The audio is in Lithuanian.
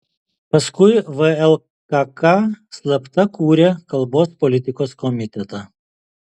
paskui vlkk slapta kūrė kalbos politikos komitetą